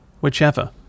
Whichever